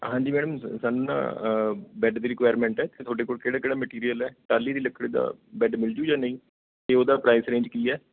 ਹਾਂਜੀ ਮੈਡਮ ਸ ਸਾਨੂੰ ਨਾ ਅ ਬੈੱਡ ਦੀ ਰਿਕੁਆਇਰਮੈਂਟ ਹੈ ਅਤੇ ਤੁਹਾਡੇ ਕੋਲ ਕਿਹੜਾ ਕਿਹੜਾ ਮਟੀਰੀਅਲ ਹੈ ਟਾਹਲੀ ਦੀ ਲੱਕੜੀ ਦਾ ਬੈੱਡ ਮਿਲਜੂ ਜਾਂ ਨਹੀਂ ਅਤੇ ਉਹਦਾ ਪ੍ਰਾਈਸ ਰੇਂਜ ਕੀ ਹੈ